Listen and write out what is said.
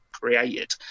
created